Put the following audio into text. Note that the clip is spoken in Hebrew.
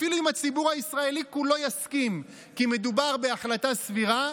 אפילו אם הציבור הישראלי כולו יסכים מדובר בהחלטה סבירה,